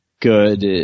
good